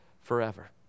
forever